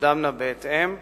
ותקודמנה בהתאם.